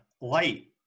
light